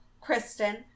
Kristen